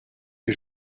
que